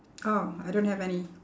ah I don't have any